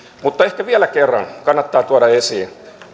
mutta ehkä vielä kerran kannattaa tuoda esiin